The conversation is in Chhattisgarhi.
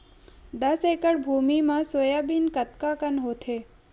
दस एकड़ भुमि म सोयाबीन कतका कन होथे?